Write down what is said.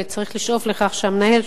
צריך לשאוף לכך שהמנהל,